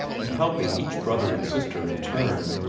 and helping each brother and sister in turn.